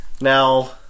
Now